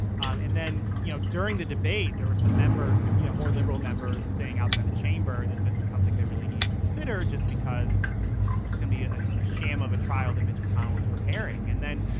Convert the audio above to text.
and then, you know, during the debate, there were some members, you know, more liberal members saying outside the chamber that this is something they really need to consider just because it's gonna be ah a sham of a trial that mitch mcconnell was preparing. and then,